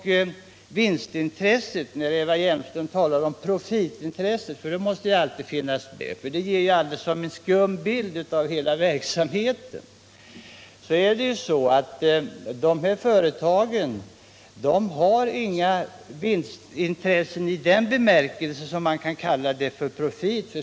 Eva Hjelmström talade om profitintresset — det måste ju alltid finnas med, för det ger liksom en skum bild av hela verksamheten. De här företagen har inga vinstintressen i den bemärkelsen att man kan kalla det för profit.